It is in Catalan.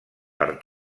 per